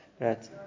Right